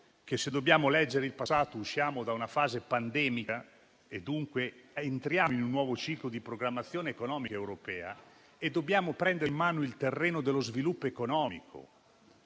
Se dobbiamo leggere il passato, usciamo da una fase pandemica ed entriamo in un nuovo ciclo di programmazione economica europea e dobbiamo prendere in mano il terreno dello sviluppo economico,